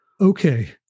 okay